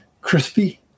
crispy